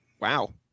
Wow